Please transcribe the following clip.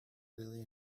really